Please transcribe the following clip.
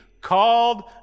Called